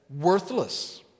worthless